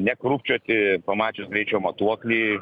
nekrūpčioti pamačius greičio matuoklį